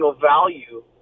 value